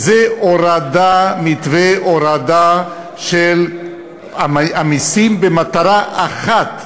וזה מתווה הורדה של המסים במטרה אחת,